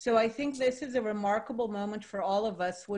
אבל במאבק נגד האנטישמיות אני אגיד,